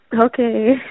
okay